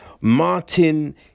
Martin